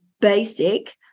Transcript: basic